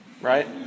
right